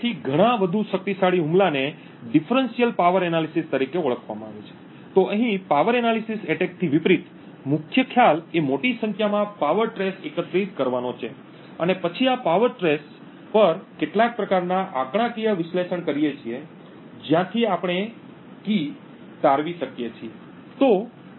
તેથી ઘણા વધુ શક્તિશાળી હુમલાને વિભેદક શક્તિ વિશ્લેષણ તરીકે ઓળખવામાં આવે છે તો અહીં પાવર એનાલિસિસ એટેકથી વિપરીત મુખ્ય ખ્યાલ એ મોટી સંખ્યામાં પાવર ટ્રેસ એકત્રિત કરવાનો છે અને પછી આ પાવર ટ્રેસ પર કેટલાક પ્રકારનાં આંકડાકીય વિશ્લેષણ કરીએ છીએ જ્યાંથી આપણે ચાવી તારવી શકીએ છીએ